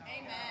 Amen